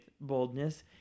boldness